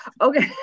okay